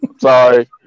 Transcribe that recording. Sorry